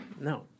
No